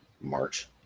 March